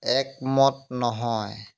একমত নহয়